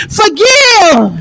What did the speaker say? forgive